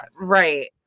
Right